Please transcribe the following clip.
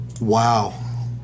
Wow